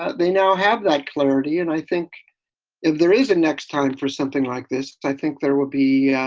ah they now have that clarity. and i think if there is a next time for something like this, i think there will be yeah